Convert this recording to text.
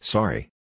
Sorry